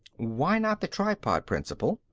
why not the tripod principle?